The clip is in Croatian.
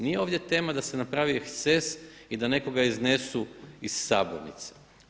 Nije ovdje tema da se napravi eksces i da nekoga iznesu iz sabornice.